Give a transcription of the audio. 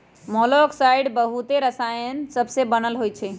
मोलॉक्साइड्स बहुते रसायन सबसे बनल होइ छइ